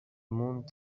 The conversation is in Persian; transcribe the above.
موند